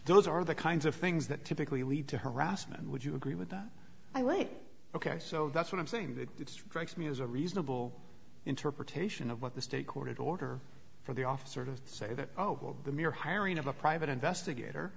those are the kinds of things that typically lead to harassment would you agree with that i weigh ok so that's what i'm saying that it strikes me as a reasonable interpretation of what the state court order for the office sort of say that oh the mere hiring of a private investigator